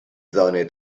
zone